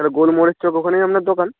তাহলে গোল মোড়ের চক ওখানেই আপনার দোকান